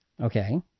Okay